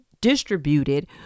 distributed